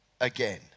again